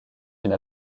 une